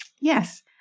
Yes